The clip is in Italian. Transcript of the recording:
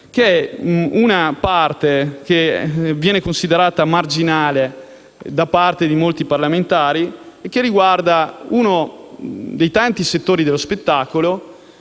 di una parte considerata marginale da parte di molti parlamentari, che riguarda uno dei tanti settori dello spettacolo,